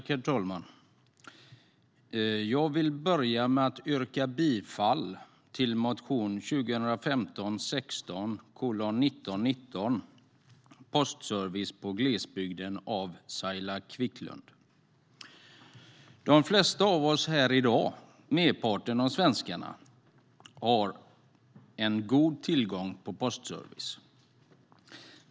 Herr talman! Jag vill börja med att yrka bifall till motion 2015/16:1919, Postservice på glesbygden , av Saila Quicklund. De flesta av oss, merparten av svenskarna, har i dag en god tillgång till postservice.